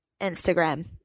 Instagram